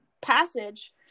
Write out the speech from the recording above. passage